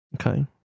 Okay